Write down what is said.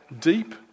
deep